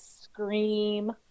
scream